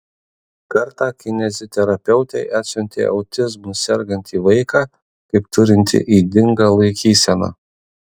kartą kineziterapeutei atsiuntė autizmu sergantį vaiką kaip turintį ydingą laikyseną